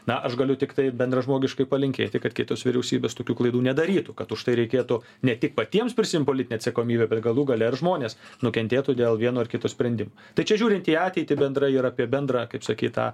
na aš galiu tiktai bendražmogiškai palinkėti kad kitos vyriausybės tokių klaidų nedarytų kad už tai reikėtų ne tik patiems prisiimt politinę atsakomybę bet galų gale žmones nukentėtų dėl vieno ar kito sprendimo tačiau žiūrint į ateitį bendra ir apie bendrą kaip sakyt tą